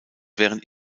während